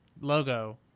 logo